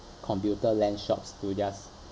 computer land shops to just